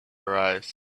arise